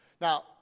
now